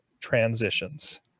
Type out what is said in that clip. transitions